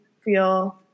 feel